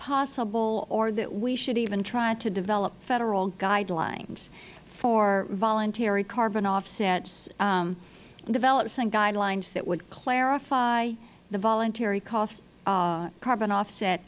possible or that we should even try to develop federal guidelines for voluntary carbon offsets develop some guidelines that would clarify the voluntary carbon offset